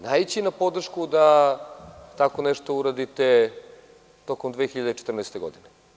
Naići na podršku da tako nešto uradite tokom 2014. godine.